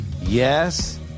Yes